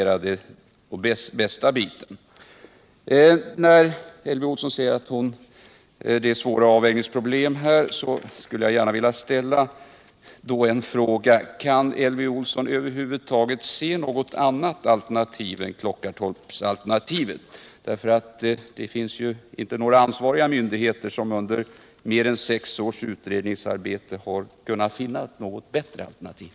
Med tanke på att Elvy Olsson sade att det är svåra avvägningsproblem skulle jag vilja ställa en fråga: Kan Elvy Olsson över huvud taget se något annat alternativ än Klockartorpsalternativet? Under mer än sex års utredningsarbete har inga ansvariga myndigheter kunnat finna något bättre alternativ.